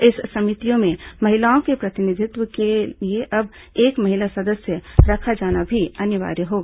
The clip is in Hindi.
इन समितियों में महिलाओं के प्रतिनिधित्व के लिए अब एक महिला सदस्य रखा जाना भी अनिवार्य होगा